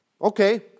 Okay